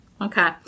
Okay